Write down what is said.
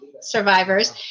survivors